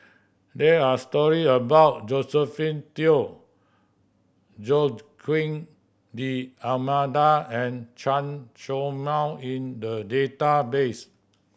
there are story about Josephine Teo Joaquim D'Almeida and Chen Show Mao in the database